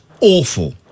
awful